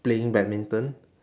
playing badminton